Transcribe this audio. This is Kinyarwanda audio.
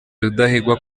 rudahigwa